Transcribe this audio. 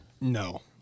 No